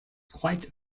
quite